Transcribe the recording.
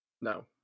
No